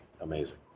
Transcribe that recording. amazing